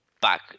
back